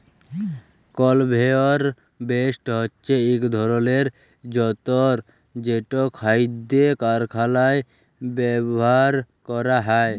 conveyor belt হছে ইক ধরলের যল্তর যেট খাইদ্য কারখালায় ব্যাভার ক্যরা হ্যয়